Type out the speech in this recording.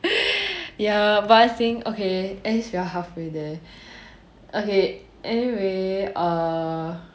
ya but I think at least we are halfway there okay anyway err